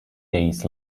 days